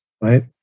right